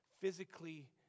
physically